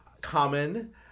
common